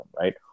right